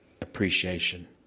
appreciation